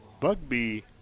Bugby